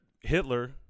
Hitler